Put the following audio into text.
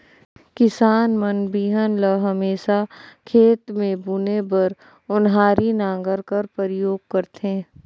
किसान मन बीहन ल हमेसा खेत मे बुने बर ओन्हारी नांगर कर परियोग करथे